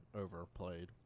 overplayed